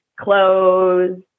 clothes